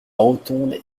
rotonde